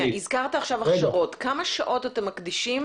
כמה שעות אתם מקדישים